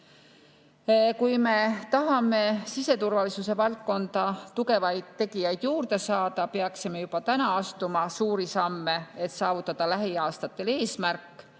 Kui me tahame siseturvalisuse valdkonda tugevaid tegijaid juurde saada, peaksime juba täna astuma suuri samme, et saavutada lähiaastatel eesmärk: